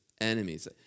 enemies